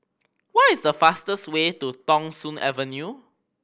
what is the fastest way to Thong Soon Avenue